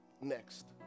next